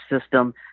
system